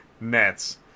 nets